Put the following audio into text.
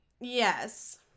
Yes